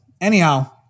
anyhow